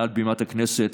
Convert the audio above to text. מעל בימת הכנסת,